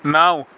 نَو